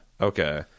okay